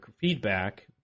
feedback